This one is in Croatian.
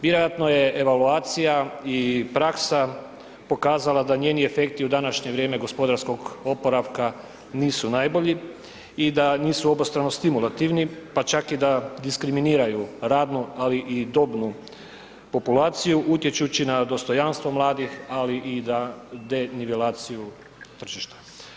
Vjerojatno je evaluacija i praksa pokazala da njeni efekti u današnje vrijeme gospodarskog oporavka nisu najbolji i da nisu obostrano stimulativni pa čak i da diskriminiraju radno, ali i dobnu populaciju, utječući na dostojanstvo mladih, ali i da denivelaciju tržišta.